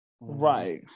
Right